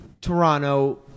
Toronto